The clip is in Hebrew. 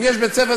אם יש בית-ספר,